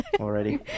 already